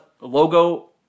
logo